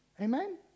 Amen